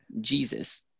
Jesus